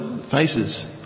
faces